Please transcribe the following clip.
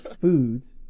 foods